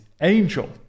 angel